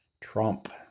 Trump